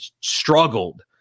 struggled